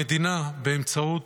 המדינה, באמצעות